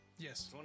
Yes